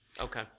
Okay